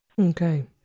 Okay